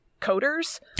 coders